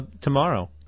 tomorrow